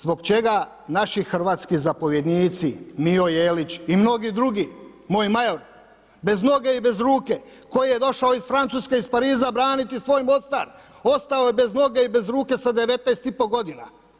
Zbog čega naši hrvatski zapovjednici Mijo Jelić i mnogi drugi, … bez noge i bez ruke koji je došao iz Francuske, iz Pariza braniti svoj Mostar, ostao je bez noge i bez ruke sa 19,5 godina.